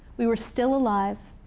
we were still alive,